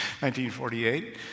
1948